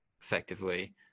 effectively